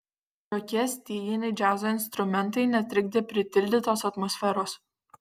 jokie styginiai džiazo instrumentai netrikdė pritildytos atmosferos